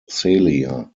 celia